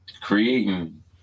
creating